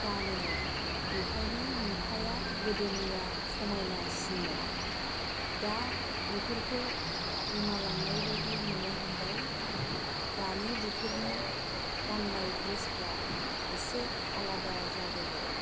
गानोमोन बेखायनो नुथाया गोदोनिया समायनासिनमोन दा बेफोरखौ गोमालांनाय बायदि नुनो हमबाय दानि बोथोरनि गाननाय द्रेसफ्रा एसे आलादा जाबोबाय